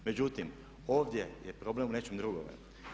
Međutim, ovdje je problem u nečemu drugome.